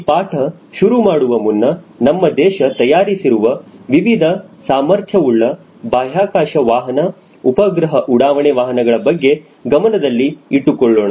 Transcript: ಈ ಪಾಠ ಶುರು ಮಾಡುವ ಮುನ್ನ ನಮ್ಮ ದೇಶ ತಯಾರಿಸಿರುವ ವಿವಿಧ ಸಾಮರ್ಥ್ಯವುಳ್ಳ ಬಾಹ್ಯಾಕಾಶ ವಾಹನ ಉಪಗ್ರಹ ಉಡಾವಣೆ ವಾಹನಗಳ ಬಗ್ಗೆ ಗಮನದಲ್ಲಿ ಇಟ್ಟುಕೊಳ್ಳೋಣ